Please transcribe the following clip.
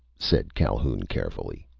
said calhoun carefully,